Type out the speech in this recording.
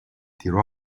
tiro